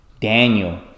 Daniel